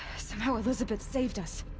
somehow elisabet saved us!